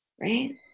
right